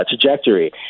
trajectory